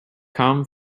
come